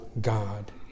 God